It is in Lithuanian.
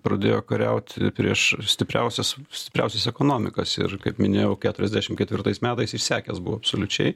pradėjo kariauti prieš stipriausias stipriausias ekonomikas ir kaip minėjau keturiasdešim ketvirtais metais išsekęs buvo absoliučiai